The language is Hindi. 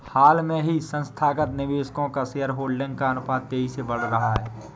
हाल ही में संस्थागत निवेशकों का शेयरहोल्डिंग का अनुपात तेज़ी से बढ़ रहा है